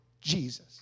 Jesus